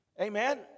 Amen